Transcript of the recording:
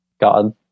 God